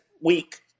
week